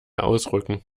ausrücken